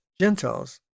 Gentiles